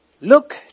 Look